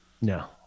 no